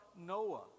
Noah